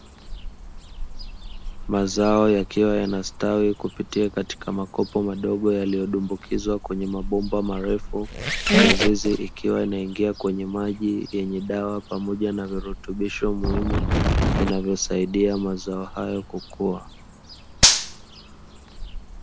Mazao yakiwa yanastawi kupitia katika makopo madogo yaliyodumbukizwa kwenye mabomba marefu, mizizi ikiwa inaingia kwenye maji yenye dawa pamoja na virutubisho muhimu, vinavyosaidia mazao hayo kukua.